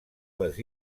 les